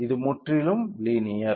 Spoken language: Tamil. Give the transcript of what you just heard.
இது முற்றிலும் லீனியர்